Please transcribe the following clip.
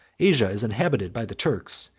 asia is inhabited by the turks,